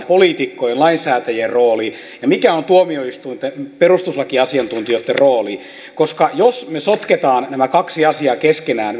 poliitikkojen lainsäätäjien rooli ja mikä on tuomioistuinten perustuslakiasiantuntijoitten rooli koska jos me sotkemme nämä kaksi asiaa keskenään